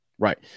Right